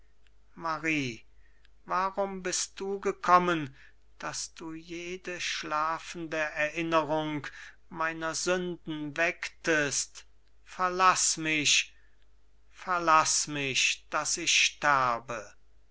warum bist du gekommen daß du jede schlafende erinnerung meiner sünden wecktest verlaß mich verlaß mich daß ich sterbe